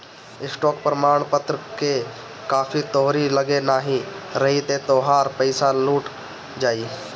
stock प्रमाणपत्र कअ copy तोहरी लगे नाही रही तअ तोहार पईसा लुटा जाई